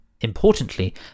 Importantly